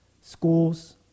schools